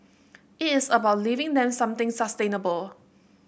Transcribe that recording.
it is about leaving them something sustainable